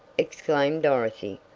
exclaimed dorothy,